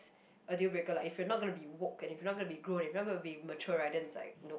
a deal breaker like if you're not gonna be woke and if you're not gonna be grown and if you not going to be mature then is like nope